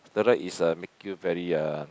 steroid is uh make you very uh